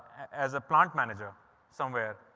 as a plant manager somewhere,